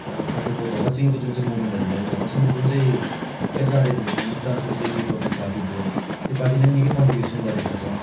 त्यहाँबाट तपाईँको भगतसिंहको जुन चाहिँ मुभमेन्टहरू भयो भगतसिंहको जुन चाहिँ एचआरए थियो हिन्दुस्थान सोसलिस्ट रिपब्लिक पार्टी थियो त्यो पार्टीले पनि निक्कै कन्ट्रिब्युसन गरेको छ